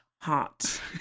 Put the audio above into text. hot